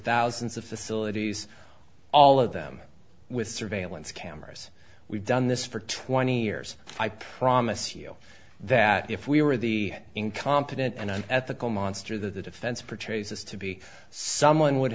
thousands of facilities all of them with surveillance cameras we've done this for twenty years i promise you that if we were the incompetent and an ethical monster that the defense portrays us to be someone would